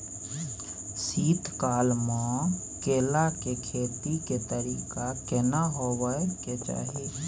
शीत काल म केला के खेती के तरीका केना होबय के चाही?